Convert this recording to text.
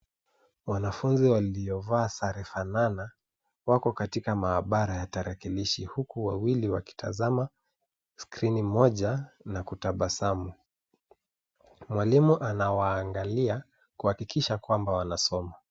Wanafunzi waliovaa sare fanana, wako katika maabara ya tarakilishi huku wawili wakitazama skrini moja na kutabasamu. Mwalimu anawaangalia kuhakikisha kwamba wanaosoma.